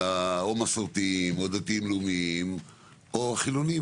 אלא מסורתיים או דתיים לאומיים או חילוניים,